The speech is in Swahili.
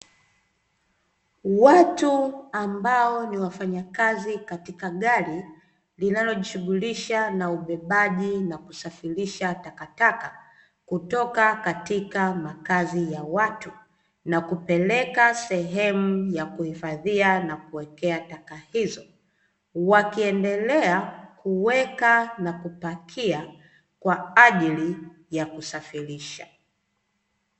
Watu ambao ni wafanyakazi katika gari, linalojishughulisha na ubebaji na kusafirisha takataka kutoka katika makazi ya watu na kupeleka sehemu ya kuhifadhia na kuwekea taka hizo. Wakiendelea kuweka na kupakia kwa ajili ya kusafirisha.